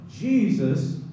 Jesus